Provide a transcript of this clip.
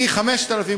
היא 5,000,